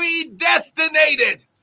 predestinated